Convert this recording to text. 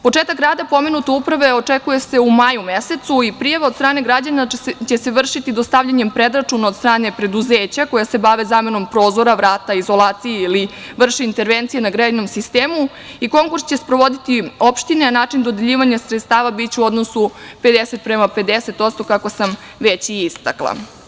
Početak rada pomenute uprave očekuje se u maju mesecu i prijava od strane građana će se vršiti dostavljanjem predračuna od strane preduzeća koja se bave zamenom prozora, vrata, izolacije ili vrši intervencije na grejnom sistemu i konkurs će sprovoditi opštine, a način dodeljivanja sredstava biće u odnosu 50 prema 50, kao što sam već istakla.